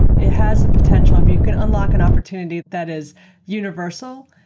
it has the potential if you can unlock an opportunity that is universal,